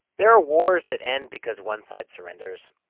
there are wars that end because one side surrenders.